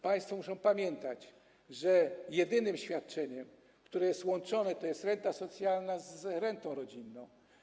Państwo muszą pamiętać, że jedynym świadczeniem, które jest łączone, jest renta socjalna i renta rodzinna.